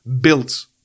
built